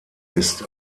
ist